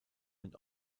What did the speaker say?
den